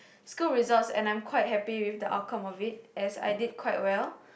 school results and I'm quite happy with the outcome of it as I did quite well